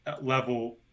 level